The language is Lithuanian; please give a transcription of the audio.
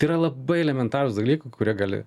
tai yra labai elementarūs dalykai kurie gali